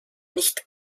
nicht